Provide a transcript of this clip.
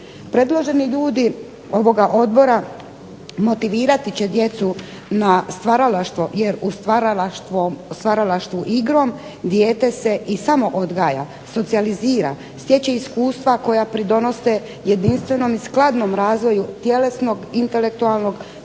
Predloženi ljudi ovoga odbora motivirati će djecu na stvaralaštvo, jer u stvaralaštvu igrom dijete se i samoodgoja, socijalizira, stječe iskustva koja pridonose jedinstvenom i skladnom razvoju tjelesnog, intelektualnog, socijalnog